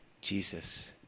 Jesus